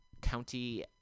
County